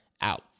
out